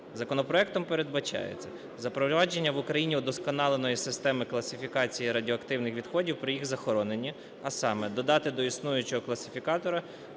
Законопроектом передбачається запровадження в Україні удосконаленої системи класифікації радіоактивних відходів при їх захороненні, а саме: додати до існуючого класифікатора